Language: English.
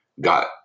got